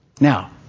Now